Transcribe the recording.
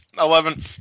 eleven